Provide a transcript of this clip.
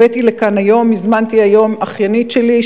הבאתי לכאן היום, הזמנתי, אחיינית שלי,